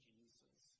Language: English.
Jesus